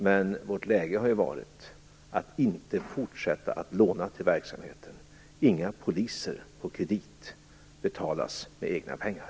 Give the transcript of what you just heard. Men vårt läge har ju varit att vi inte kan fortsätta att låna till verksamheten - inga poliser på kredit, utan de skall betalas med egna pengar.